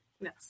Yes